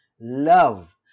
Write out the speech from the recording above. love